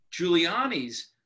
Giuliani's